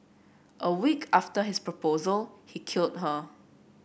a week after his proposal he killed her